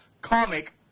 comic